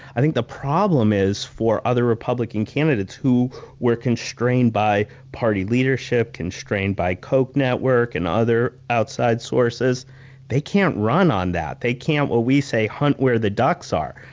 i think the problem is for other republican candidates who were constrained by party leadership, constrained by koch network, and other outside sources they can't run on that. they can't, what we say, hunt where the ducks are.